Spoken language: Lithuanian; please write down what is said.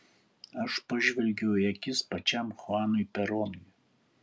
aš pažvelgiau į akis pačiam chuanui peronui